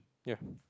ya